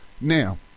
now